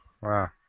Wow